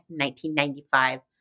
1995